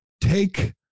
take